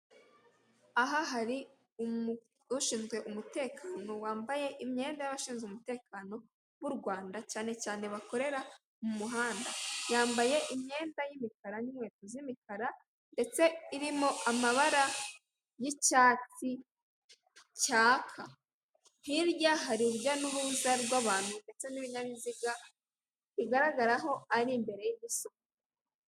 Aha hari ushinzwe umutekano wambaye imyenda y'abashinzwe umutekano b'u Rwanda cyane cyane bakorera mu muhanda, yambaye imyenda y'imikara n'inkweto z'imikara ndetse irimo amabara y'icyatsi cyaka, hirya hari urujya n'uruza rw'abantu ndetse n'ibinyabiziga bigaragara ko ari imbere y'isoko.